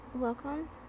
welcome